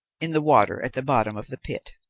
in the water at the bottom of the pit.